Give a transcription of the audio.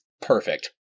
perfect